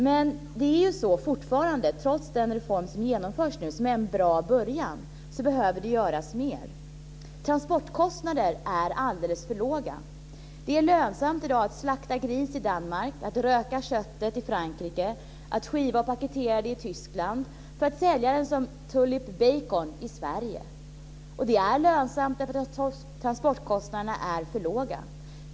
Men fortfarande, trots den reform som genomförs nu och som är en bra början, behöver det göras mer. Transportkostnaderna är alldeles för låga. Det är lönsamt i dag att slakta gris i Danmark, att röka köttet i Frankrike, att skiva och paketera det i Tyskland för att sälja det som Tulip bacon i Sverige. Och det är lönsamt att transportkostnaderna är för låga.